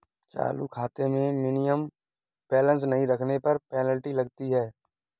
चालू खाते में मिनिमम बैलेंस नहीं रखने पर पेनल्टी लगती है